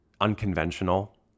unconventional